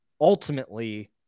ultimately